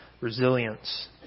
resilience